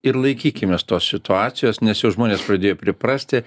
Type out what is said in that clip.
ir laikykimės tos situacijos nes jau žmonės pradėjo priprasti